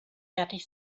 fertig